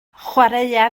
chwaraea